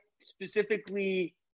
specifically